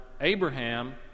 Abraham